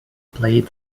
played